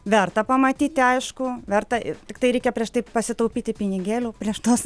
verta pamatyti aišku verta ir tiktai reikia prieš tai pasitaupyti pinigėlių prieš tuos